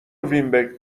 وینبرگ